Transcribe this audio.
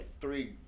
three